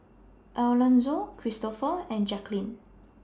Elonzo Kristofer and Jacquelynn